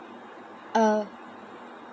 uh